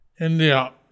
India